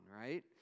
right